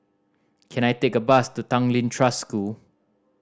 can I take a bus to Tanglin Trust School